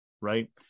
right